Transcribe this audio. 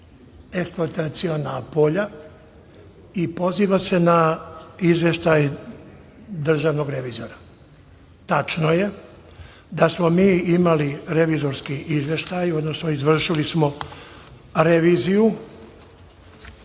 eksploataciona polja i poziva se na Izveštaj državnog revizora. Tačno je da smo mi imali revizorski izveštaj, odnosno izvršili smo reviziju